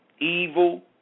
evil